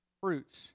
fruits